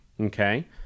Okay